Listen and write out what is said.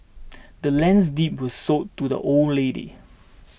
the land's deed was sold to the old lady